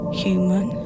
human